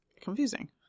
confusing